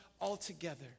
altogether